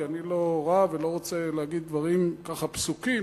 כי אני לא רב ולא רוצה להגיד דברים ככה פסוקים,